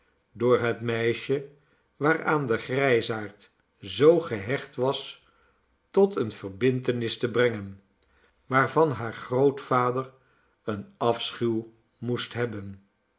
door het meisje waaraan de grijsaard zoo gehecht was tot eene verbintenis te brengen waarvan haar grootvader een afschuw moest hebben